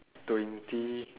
twenty